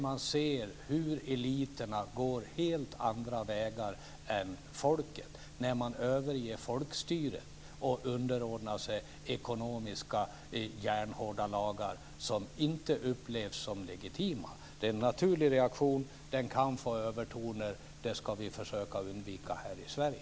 Man ser hur eliterna går helt andra vägar än folket och hur de överger folkstyret och underordnar sig ekonomiska järnhårda lagar som inte upplevs som legitima. Det är en naturlig reaktion. Den kan få övertoner. Det ska vi försöka att undvika här i Sverige.